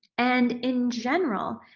and, in general,